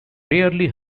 rarely